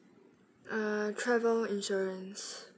err travel insurance